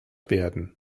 werden